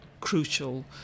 crucial